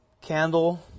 candle